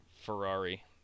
Ferrari